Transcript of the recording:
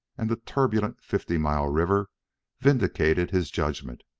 and the turbulent fifty mile river vindicated his judgment.